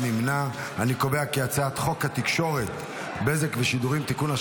קובע כי הצעת חוק התקשורת (בזק ושידורים) (תיקון,